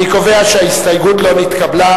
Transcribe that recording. אני קובע שההסתייגות לא נתקבלה.